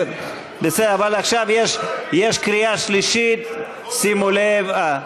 בסדר, אבל עכשיו יש קריאה שלישית, שימו לב.